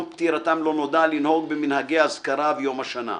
פטירתם לא נודע לנהוג במנהגי אזכרה ויום השנה.